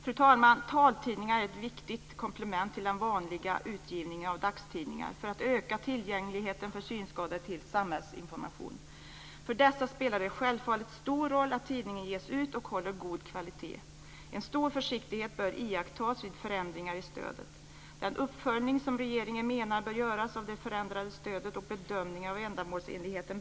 Fru talman! Taltidningar är ett viktigt komplement till de vanliga dagstidningarna för att öka tillgängligheten för synskadade till samhällsinformation. För dem spelar det självfallet stor roll att tidningen ges ut och håller god kvalitet. En stor försiktighet bör iakttas vid förändringar i stödet. Regeringen menar att det bör göras en uppföljning av det förändrade stödet och en bedömning av ändamålsenligheten.